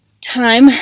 time